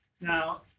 Now